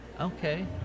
Okay